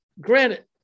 granted